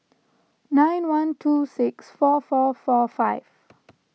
nine one two six four four four five